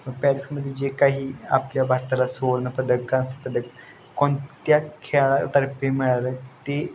मग पॅरिसमध्ये जे काही आपल्या भारताला सुवर्ण पदक कांस्य पदक कोणत्या खेळातर्फे मिळालं ते